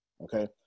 okay